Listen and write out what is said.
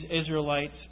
Israelites